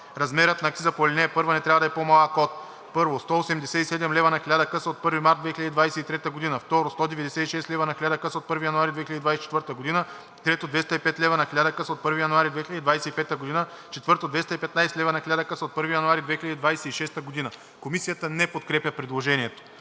Размерът на акциза по ал. 1 не трябва да е по-малък от: 1. 187лв. на 1000 къса от 1 март 2023 г.; 2. 196 лв. на 1000 къса от 1 януари 2024 г.; 3. 205 лв. на 1000 къса от 1 януари 2025 г.; 4. 215 лв. на 1000 къса от 1 януари 2026 г.“ Комисията не подкрепя предложението.